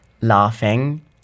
laughing